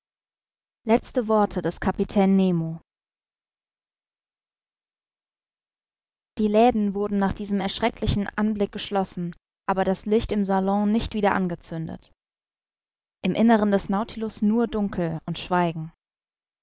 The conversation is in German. letzte worte des kapitän nemo die läden wurden nach diesem erschrecklichen anblick geschlossen aber das licht im salon nicht wieder angezündet im inneren des nautilus nur dunkel und schweigen